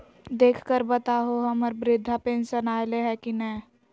देख कर बताहो तो, हम्मर बृद्धा पेंसन आयले है की नय?